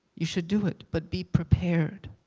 you should do it. but be prepared,